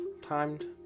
timed